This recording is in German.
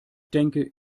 denke